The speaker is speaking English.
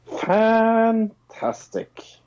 fantastic